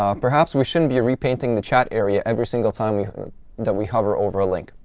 um perhaps we shouldn't be repainting the chat area every single time yeah that we hover over a link,